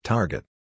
Target